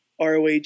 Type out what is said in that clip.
ROH